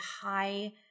high